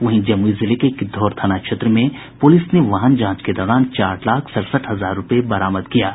वहीं जमुई जिले में गिद्वौर थाना क्षेत्र में पुलिस ने वाहन जांच के दौरान चार लाख सड़सठ हजार रूपये बरामद किया है